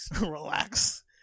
Relax